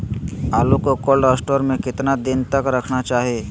आलू को cold store में कितना दिन तक रखना चाहिए?